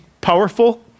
powerful